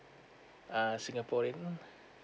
ah singaporean